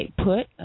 put